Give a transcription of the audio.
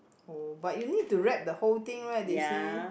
oh but you need to wrap the whole thing right they say